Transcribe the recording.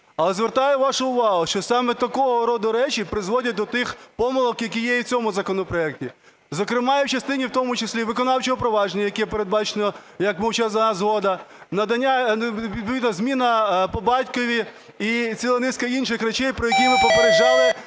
Але звертаю вашу увагу, що саме такого роду речі призводять до тих помилок, які є і в цьому законопроекті. Зокрема і в частині в тому числі виконавчого провадження, яке передбачено як мовчазна згода, відповідно зміна по батькові і ціла низка інших речей, про які ви попереджали